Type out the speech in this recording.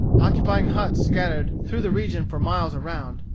occupying huts scattered through the region for miles around,